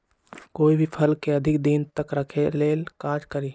कोई भी फल के अधिक दिन तक रखे के ले ल का करी?